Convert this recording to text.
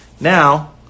Now